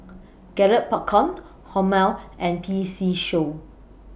Garrett Popcorn Hormel and P C Show